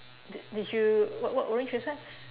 did did you what what orange is that